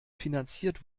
finanziert